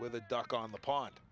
with a duck on the pond